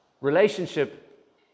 Relationship